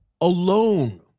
alone